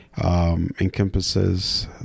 encompasses